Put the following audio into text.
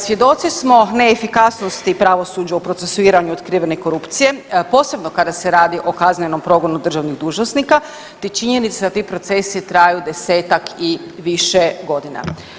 Svjedoci smo neefikasnosti pravosuđa u procesuiranju otkrivene korupcije, posebno kada se radi o kaznenom progonu državnih dužnosnika, te činjenica da ti procesi traju 10-tak i više godina.